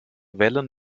wellen